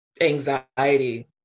anxiety